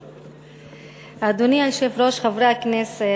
אדוני היושב-ראש, חברי הכנסת,